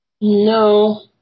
No